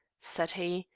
said he,